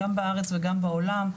גם בארץ וגם בעולם,